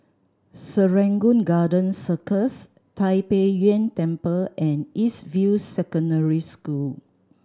Serangoon Garden Circus Tai Pei Yuen Temple and East View Secondary School